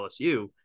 LSU